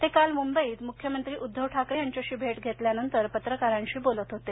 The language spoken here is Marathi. ते काल मुंबईत मुख्यमंत्री उद्घव ठाकरे यांच्याशी भेट घेतल्यानंतर पत्रकारांशी बोलत होते